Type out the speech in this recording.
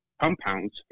compounds